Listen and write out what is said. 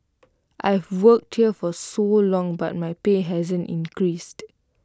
I've worked here for so long but my pay hasn't increased